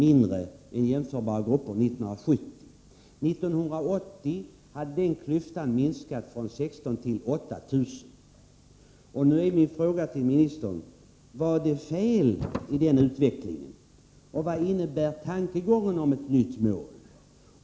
mindre än jämförbara grupper år 1970. År 1980 hade klyftan minskat från 16000 kr. till 8000 kr. Nu är min fråga till jordbruksministern: Vad var fel i den utvecklingen och vad innebär tankegången om ett nytt mål?